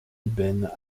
ben